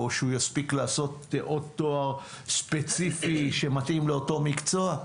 או שהוא יספיק לעשות אותו ספציפי שמתאים לאותו מקצוע?